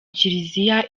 kiliziya